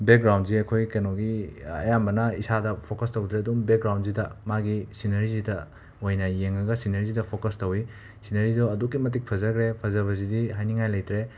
ꯕꯦꯛꯒ꯭ꯔꯥꯎꯟꯁꯤ ꯑꯩꯈꯣꯏ ꯀꯩꯅꯣꯒꯤ ꯑꯌꯥꯝꯕꯅ ꯏꯁꯥꯗ ꯐꯣꯀꯁ ꯇꯧꯗ꯭ꯔꯦ ꯑꯗꯨꯝ ꯕꯦꯛꯒ꯭ꯔꯥꯎꯟꯁꯤꯗ ꯃꯥꯒꯤ ꯁꯤꯅꯔꯤꯁꯤꯗ ꯑꯣꯏꯅ ꯌꯦꯡꯉꯒ ꯁꯤꯅꯔꯤꯁꯤꯗ ꯐꯣꯀꯁ ꯇꯧꯏ ꯁꯤꯅꯔꯤꯗꯣ ꯑꯗꯨꯛꯀꯤ ꯃꯇꯤꯛ ꯐꯖꯈ꯭ꯔꯦ ꯐꯖꯕꯁꯤꯗꯤ ꯍꯥꯏꯅꯤꯡꯉꯥꯏ ꯂꯩꯇ꯭ꯔꯦ